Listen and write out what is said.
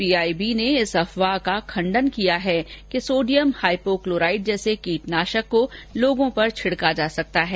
PIB fact check ने कल इस अफवाह का खंडन किया कि सोडियम हाइपोक्लोराइड जैसे कीटनाशक को लोगों पर छिडका जा सकता है